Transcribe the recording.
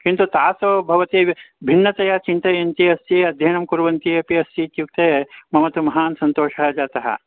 किन्तु तासु भवती भिन्नतया चिन्तयन्ती अस्ति अध्ययनं कुर्वन्ती अपि अस्ति इत्युक्ते मम तु महान् सन्तोषः जातः